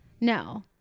no